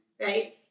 right